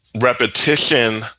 repetition